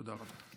תודה רבה.